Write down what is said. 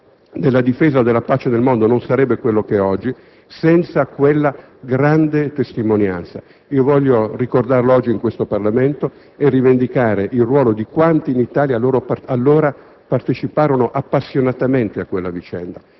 della difesa della pace nel mondo non sarebbe quello che è oggi, senza quella grande testimonianza. Voglio ricordarlo oggi in questo Parlamento e rivendicare il ruolo di quanti in Italia allora parteciparono appassionatamente a quella vicenda.